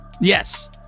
Yes